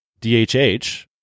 DHH